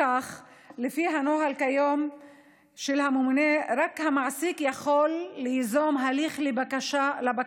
כיום לפי הנוהל של הממונה רק המעסיק יכול ליזום הליך לבקשה,